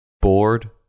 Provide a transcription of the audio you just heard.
Bored